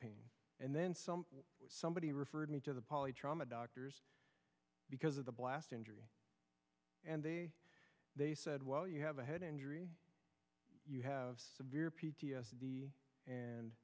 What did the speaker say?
pain and then some somebody referred me to the poly trauma doctors because of the blast injury and they said well you have a head injury you have severe p t s d and